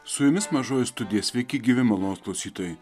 su jumis mažoji studija sveiki gyvi malonūs klausytojai